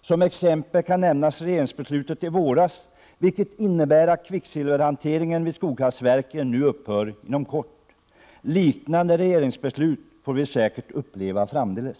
Som exempel kan nämnas regeringsbeslutet i våras, vilket innebär att kvicksilverhanteringen vid Skoghallsverken nu upphör inom kort. Liknande regeringsbeslut får vi säkert uppleva framdeles.